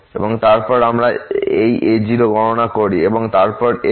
এবং তারপর আমরা এই a0 গণনা করি এবং তারপর an